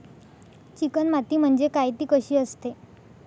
Chicken माती म्हणजे काय? ति कशी असते?